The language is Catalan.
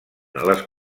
les